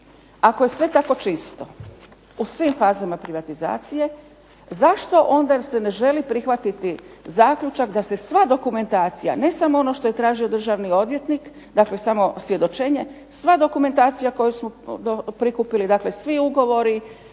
ako je sve tako čisto, u svim fazama privatizacije, zašto onda se ne želi prihvatiti zaključak da se sva dokumentacija, ne samo ono što je tražio državni odvjetnik, samo svjedočenje, sva dokumentacija koju smo prikupili, dakle svi ugovori,